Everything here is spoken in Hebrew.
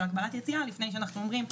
שישי בצהריים.